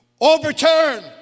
overturn